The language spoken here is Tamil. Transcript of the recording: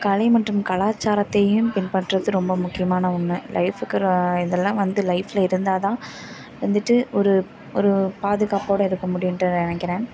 கலை மற்றும் கலாச்சாரத்தையும் பின்பற்றது ரொம்ப முக்கியமான ஒன்று லைஃபுக்கு ரோ இதெல்லாம் வந்து லைஃப்பில் இருந்தால் தான் வந்துட்டு ஒரு ஒரு பாதுகாப்போடு இருக்கமுடியுன்ட்டு நினைக்குறேன்